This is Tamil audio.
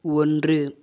ஒன்று